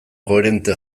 koherente